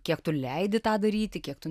kiek tu leidi tą daryti kiek tu